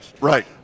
Right